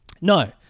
No